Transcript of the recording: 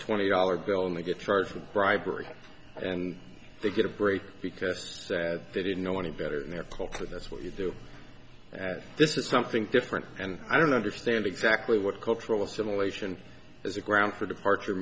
twenty dollar bill and they get charged for bribery and they get a break because they didn't know any better than their culture that's what you do this is something different and i don't understand exactly what cultural assimilation as a ground for departure